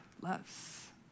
loves